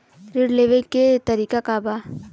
ऋण लेवे के तरीका का बा?